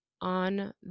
on